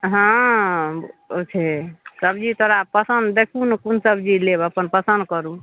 हँ ओ छै सबजी तोहरा पसन्द देखहुँ ने कोन सबजी लेब अपन पसन्द करू